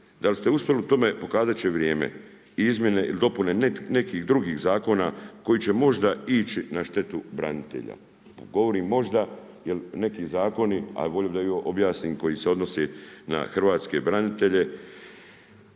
Da li ste uspjeli u tome, pokazat će vrijeme ili izmjene i dopune nekih drugih zakona koji će možda ići na štetu branitelja. Govorim možda jer neki zakoni, a volio bi da objasnim koji se odnose na hrvatske branitelje,